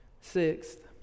Sixth